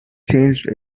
changed